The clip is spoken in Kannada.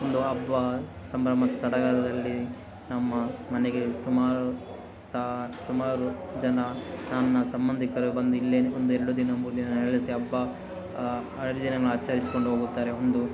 ಒಂದು ಹಬ್ಬ ಸಂಭ್ರಮ ಸಡಗರದಲ್ಲಿ ನಮ್ಮ ಮನೆಗೆ ಸುಮಾರು ಸಹ ಸುಮಾರು ಜನ ನನ್ನ ಸಂಬಂಧಿಕರು ಬಂದು ಇಲ್ಲೇ ನಿ ಒಂದೆರಡು ದಿನ ಮೂರು ದಿನ ನೆಲೆಸಿ ಹಬ್ಬ ಹರಿದಿನಗಳನ್ನು ಆಚರಿಸಿಕೊಂಡು ಹೋಗುತ್ತಾರೆ ಒಂದು ಆ